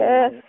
Yes